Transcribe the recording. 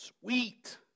Sweet